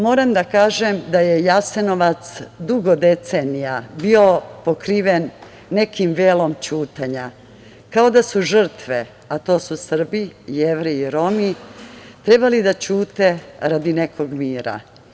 Moram da kažem da je Jasenovac dugo decenija bio pokriven nekim velom ćutanja, kao da su žrtve, a to su Srbi, Jevreji i Romi, trebale da ćute radi nekog mira.